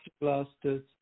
Blasters